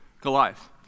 Goliath